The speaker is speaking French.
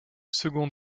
second